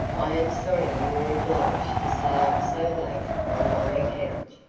i am sorry you were obliged to stay up so late on my account.